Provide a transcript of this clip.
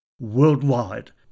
worldwide